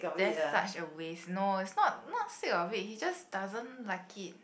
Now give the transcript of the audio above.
that's such a waste no it's not not sick of it he just doesn't like it